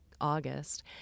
August